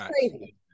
crazy